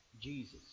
Jesus